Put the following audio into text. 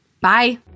bye